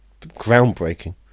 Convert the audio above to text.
Groundbreaking